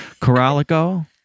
Coralico